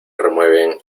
remueven